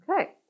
Okay